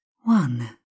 one